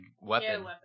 weapon